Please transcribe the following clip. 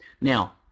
Now